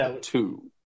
Two